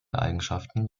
eigenschaften